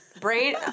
Brain